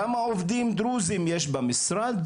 כמה עובדים דרוזים יש במשרד